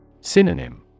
Synonym